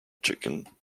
chicken